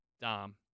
Dom